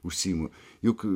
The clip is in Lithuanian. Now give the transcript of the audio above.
užsiimu juk